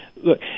Look